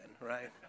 right